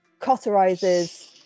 cauterizes